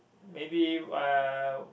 maybe uh